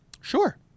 Sure